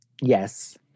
Yes